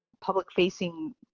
public-facing